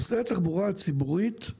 נושא התחבורה הציבורית הוא